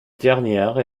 dernière